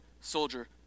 soldier